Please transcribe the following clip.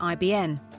IBN